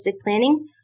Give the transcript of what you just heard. planning